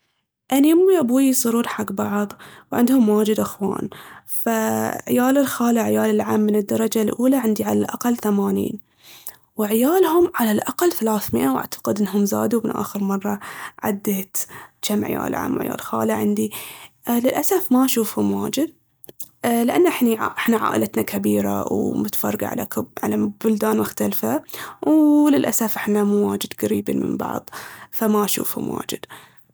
أني أمي وأبويي يصيرون حق بعض وعندهم واجد أخوان. فعيال الخال وعيال العم الدرجة الأولى عندي على الأقل ثمانين. وعيالهم على الأقل ثلاث مئة وأعتقد انهم زادوا من آخر مرة عديت جم عيال عم وعيال خالة عندي. للأسف ما اشوفهم واجد لأن احنا عائلتنا كبيرة ومتفرقة على بلدان مختلفة وللأسف احنا مو واجد قريبين من بعض فما أشوفهم واجد.